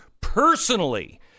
personally